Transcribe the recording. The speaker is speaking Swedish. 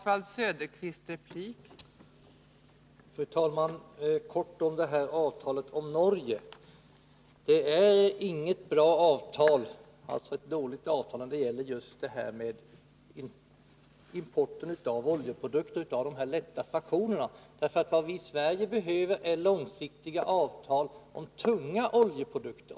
Fru talman! En kort kommentar till avtalet med Norge. Det är inget bra avtal. Det är dåligt just när det gäller importen av oljeprodukter av de lätta fraktionerna, eftersom vad vi i Sverige behöver är långsiktiga avtal om tunga oljeprodukter.